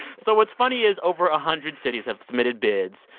so what's funny is over a hundred cities have submitted bids.